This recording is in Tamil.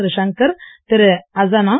திரு சங்கர் திரு அசானா